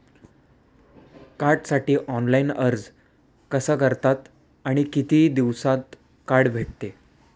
कार्डसाठी ऑनलाइन अर्ज कसा करतात आणि किती दिवसांत कार्ड भेटते?